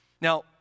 Now